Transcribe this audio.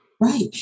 Right